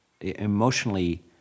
emotionally